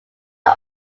are